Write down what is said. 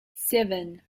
seven